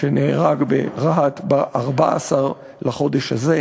שנהרג ברהט ב-14 בחודש הזה,